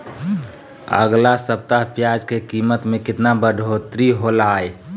अगला सप्ताह प्याज के कीमत में कितना बढ़ोतरी होलाय?